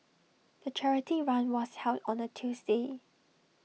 the charity run was held on A Tuesday